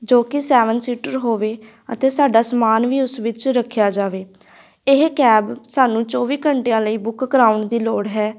ਜੋ ਕਿ seven seater ਹੋਵੇ ਅਤੇ ਸਾਡਾ ਸਮਾਨ ਵੀ ਉਸ ਵਿੱਚ ਰੱਖਿਆ ਜਾਵੇ ਇਹ ਕੈਬ ਸਾਨੂੰ ਚੌਵੀ ਘੰਟਿਆਂ ਲਈ ਬੁੱਕ ਕਰਵਾਉਣ ਦੀ ਲੋੜ ਹੈ